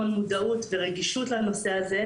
המון מודעות ורגישות לנושא הזה,